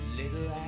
little